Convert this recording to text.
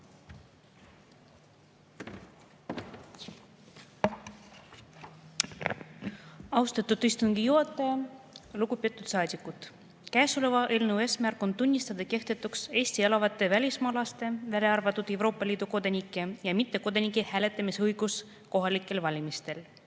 Austatud istungi juhataja! Lugupeetud saadikud! Käesoleva eelnõu eesmärk on tunnistada kehtetuks Eestis elavate välismaalaste, välja arvatud Euroopa Liidu kodanike, ja mittekodanike hääletamisõigus kohalikel valimistel.